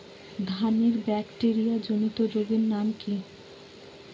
ধানের ব্যাকটেরিয়া জনিত রোগের নাম কি?